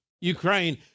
Ukraine